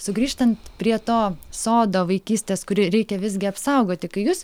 sugrįžtant prie to sodo vaikystės kurį reikia visgi apsaugoti kai jūs